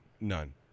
None